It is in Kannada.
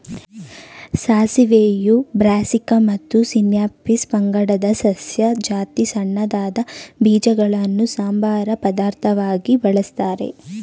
ಸಾಸಿವೆಯು ಬ್ರಾಸೀಕಾ ಮತ್ತು ಸಿನ್ಯಾಪಿಸ್ ಪಂಗಡದ ಸಸ್ಯ ಜಾತಿ ಸಣ್ಣದಾದ ಬೀಜಗಳನ್ನು ಸಂಬಾರ ಪದಾರ್ಥವಾಗಿ ಬಳಸ್ತಾರೆ